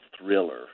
Thriller